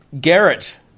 Garrett